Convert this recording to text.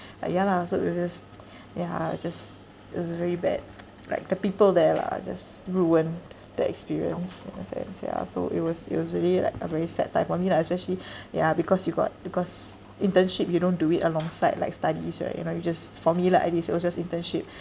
like ya lah so it was just ya it was just it was very bad like the people there lah just ruined the experience in a sense ya so it was it was really like a very sad time for me lah especially ya because you got because internship you don't do it alongside like studies right you know you just for me lah at least it was just internship